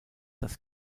das